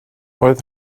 oedd